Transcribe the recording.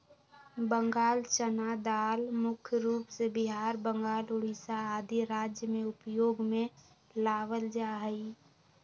बंगाल चना दाल मुख्य रूप से बिहार, बंगाल, उड़ीसा आदि राज्य में उपयोग में लावल जा हई